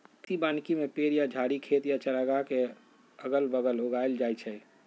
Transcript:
कृषि वानिकी में पेड़ या झाड़ी खेत या चारागाह के अगल बगल उगाएल जाई छई